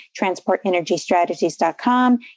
transportenergystrategies.com